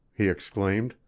he exclaimed,